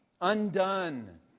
Undone